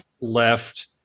left